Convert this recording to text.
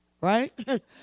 right